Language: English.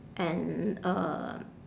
and uh